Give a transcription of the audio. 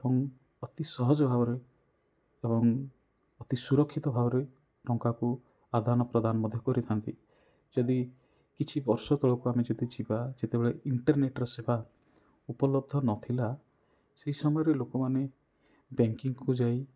ଏବଂ ଅତି ସହଜ ଭାବରେ ଏବଂ ଅତି ସୁରକ୍ଷିତ ଭାବରେ ଟଙ୍କାକୁ ଆଦାନ ପ୍ରଦାନ ମଧ୍ୟ କରିଥାନ୍ତି ଯଦି କିଛି ବର୍ଷ ତଳକୁ ଆମେ ଯଦି ଯିବା ଯେତେବେଳେ ଇଣ୍ଟରର୍ନେଟ୍ ସେବା ଉପଲବ୍ଧ ନଥିଲା ସେଇ ସମୟରେ ଲୋକମାନେ ବ୍ୟାଙ୍କିଙ୍ଗ୍ କୁ ଯାଇ